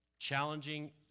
challenging